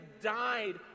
died